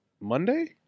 Monday